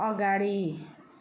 अगाडि